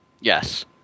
Yes